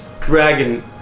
dragon